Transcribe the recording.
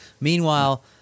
Meanwhile